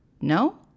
No